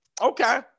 Okay